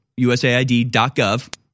USAID.gov